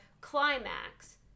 climax